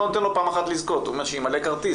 נותן לו פעם אחת לזכות' הוא אומר 'שימלא כרטיס'.